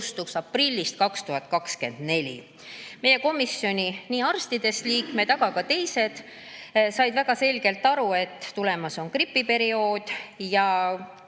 aprillist 2024. Meie komisjoni arstidest liikmed ja ka teised said väga selgelt aru, et tulemas on gripiperiood ja